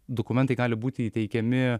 dokumentai gali būti įteikiami